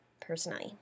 personally